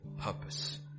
purpose